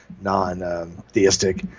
non-theistic